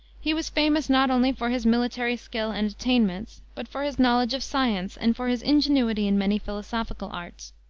he was famous not only for his military skill and attainments, but for his knowledge of science, and for his ingenuity in many philosophical arts.